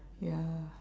ya